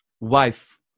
wife